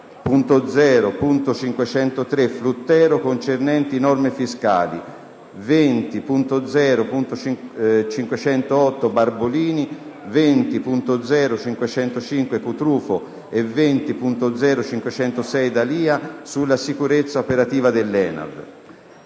19.0.503 Fluttero, concernenti norme fiscali; 20.0.508 Barbolini, 20.0.505 Cutrufo e 20.0.506 D'Alia, sulla sicurezza operativa dell'ENAV;